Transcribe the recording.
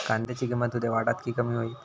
कांद्याची किंमत उद्या वाढात की कमी होईत?